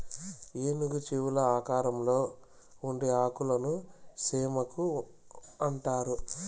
ఏనుగు చెవుల ఆకారంలో ఉండే ఆకులను చేమాకు అంటారు